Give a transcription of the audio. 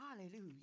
Hallelujah